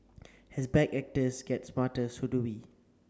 as bad actors get smarter so do we